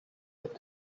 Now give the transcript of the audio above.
yet